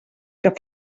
que